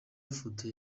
ifoto